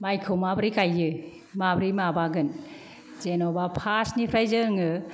माइखौ माब्रै गाइयो माब्रै माबागोन जेन'बा फार्स्टनिफ्राय जोङो